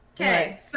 Okay